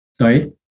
Sorry